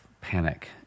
panic